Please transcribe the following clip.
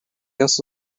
also